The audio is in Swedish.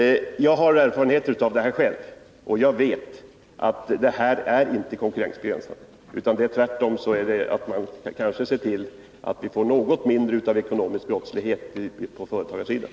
Jag har själv erfarenhet från detta, och jag vet att denna bestämmelse inte är konkurrensbegränsande. Tvärtom är det så att den kanske medför att vi får något mindre av ekonomisk brottslighet på företagarsidan.